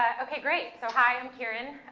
okay great, so hi, i'm kiran.